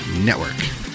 network